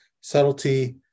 subtlety